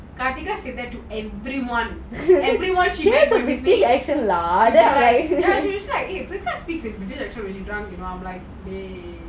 everyone cheered but me british accent lah ya then I